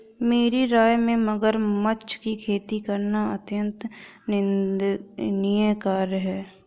मेरी राय में मगरमच्छ की खेती करना अत्यंत निंदनीय कार्य है